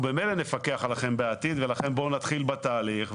ממילא נפקח עליכם בעתיד ולכן בואו נתחיל בתהליך,